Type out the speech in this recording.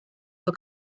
for